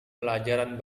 pelajaran